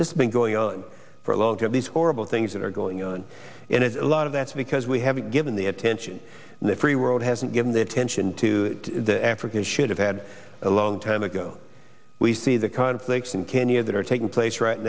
this thing going on for a lot of these horrible things that are going on and it's a lot of that's because we haven't given the attention and the free world hasn't given the attention to the africans should have had a long time ago we see the conflicts in kenya that are taking